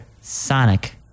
Sonic